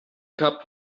cup